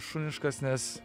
šuniškas nes